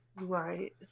right